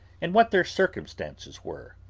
and what their circumstances were.